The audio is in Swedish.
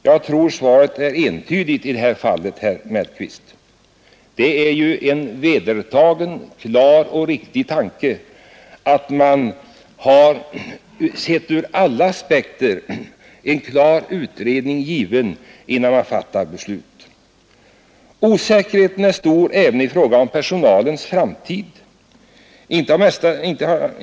Jag tror svaret är entydigt i det här fallet, herr Mellqvist. Det är ju vedertaget att man — sett ur alla aspekter — skall ha en klar utredning, innan man fattar beslut. Osäkerheten är stor även i fråga om personalens framtid.